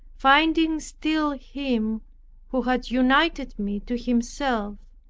finding still him who had united me to himself,